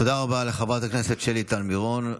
תודה רבה לחברת הכנסת שלי טל מירון.